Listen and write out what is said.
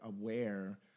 aware